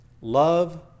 love